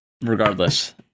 Regardless